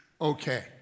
okay